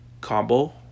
combo